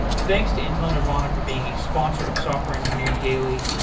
thanks to intel nervana for being a sponsor of software engineering daily,